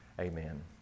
amen